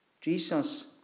Jesus